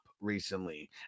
recently